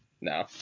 No